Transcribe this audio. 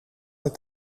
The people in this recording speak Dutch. het